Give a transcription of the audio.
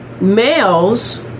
males